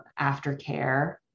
aftercare